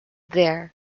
there